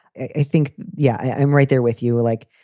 i think, yeah, i'm right there with you. like,